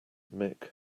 mick